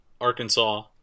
Arkansas